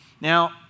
Now